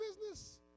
business